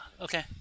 Okay